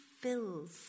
fills